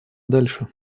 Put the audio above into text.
дальше